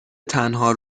تنها